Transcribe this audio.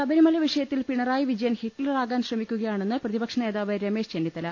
ശബരിമല വിഷയത്തിൽ പിണറായി വിജയൻ ഹിറ്റ്ലറാകാൻ ശ്രമിക്കുകയാണെന്ന് പ്രതിപക്ഷ നേതാവ് രമേഷ് ചെന്നി ത്തല